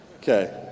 Okay